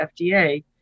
FDA